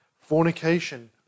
fornication